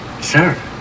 sir